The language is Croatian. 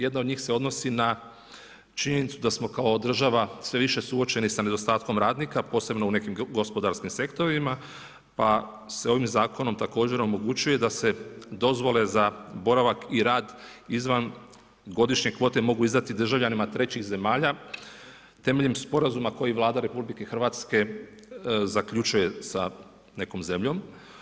Jedna od njih se odnosi na činjenicu da smo kao država sve više suočeni sa nedostatkom radnika, posebno u nekim gospodarskim sektorima, pa se ovim Zakonom također omogućuje da se dozvole za boravak i rad izvan godišnje kvote mogu izdati državljanima trećih zemalja temeljem sporazuma koji Vlada RH zaključuje sa nekom zemljom.